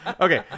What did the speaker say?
Okay